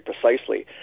precisely